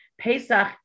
Pesach